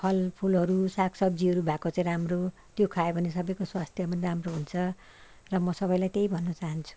फलफुलहरू सागसब्जीहरू भएको चाहिँ राम्रो त्यो खायो भने सबैको स्वास्थ्य पनि राम्रो हुन्छ र म सबैलाई त्यही भन्नु चाहन्छु